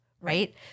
Right